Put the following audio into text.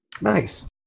Nice